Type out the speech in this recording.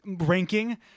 ranking